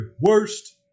Worst